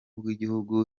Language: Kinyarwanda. bw’igihugu